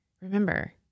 Remember